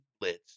Blitz